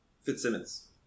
Fitzsimmons